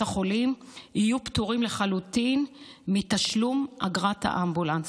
החולים יהיו פטורות לחלוטין מתשלום אגרת האמבולנס.